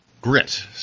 grit